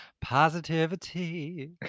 positivity